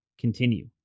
continue